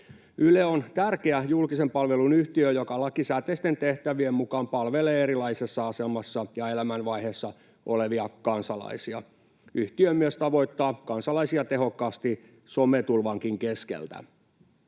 Yle on tärkeä julkisen palvelun yhtiö, joka lakisääteisten tehtävien mukaan palvelee erilaisessa asemassa ja elämänvaiheessa olevia kansalaisia. Yhtiö myös tavoittaa kansalaisia tehokkaasti sometulvankin keskeltä.